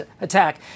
attack